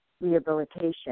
rehabilitation